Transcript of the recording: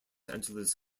angeles